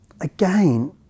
again